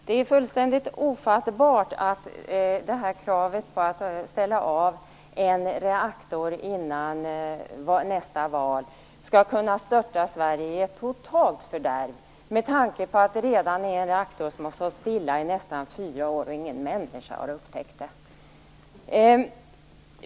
Det är fullständigt ofattbart att kravet på att ställa av en reaktor innan nästa val skall kunna störta Sverige i ett totalt fördärv med tanke på att det redan är en reaktor som har stått stilla i nästan fyra år, och ingen människa har upptäckt det.